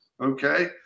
Okay